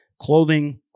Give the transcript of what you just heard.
clothing